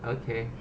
okay